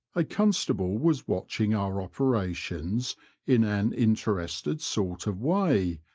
a constable was watching our operations in an interested sort of way,